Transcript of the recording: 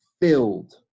filled